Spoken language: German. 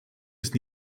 ist